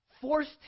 forced